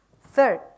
Third